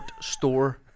store